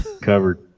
covered